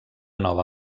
nova